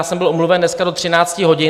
Já jsem byl omluven dneska do 13 hodin.